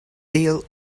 deal